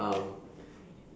um